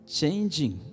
changing